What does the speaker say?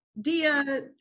Dia